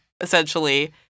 essentially